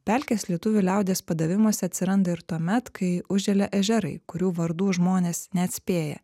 pelkės lietuvių liaudies padavimuose atsiranda ir tuomet kai užželia ežerai kurių vardų žmonės neatspėja